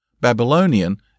Babylonian